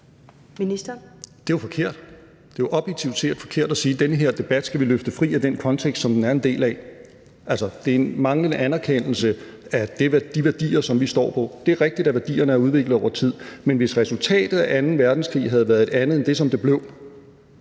Det er jo objektivt set forkert at sige, at vi skal løfte den her debat løfte fri af den kontekst, som den er en del af. Altså, det er en manglende anerkendelse af de værdier, som vi står på. Det er rigtigt, at værdierne er udviklet over tid, men hvis resultatet af anden verdenskrig havde været et andet end det, som det blev,